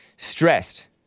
Stressed